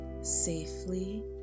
safely